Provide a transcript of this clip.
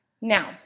Now